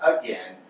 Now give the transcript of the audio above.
again